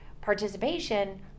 participation